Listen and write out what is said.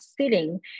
sitting